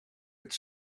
het